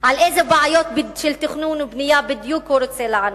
על איזה בעיות של תכנון ובנייה בדיוק הוא רוצה לענות.